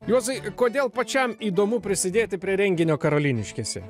juozai kodėl pačiam įdomu prisidėti prie renginio karoliniškėse